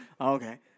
Okay